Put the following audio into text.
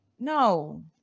No